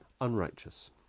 unrighteous